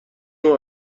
اون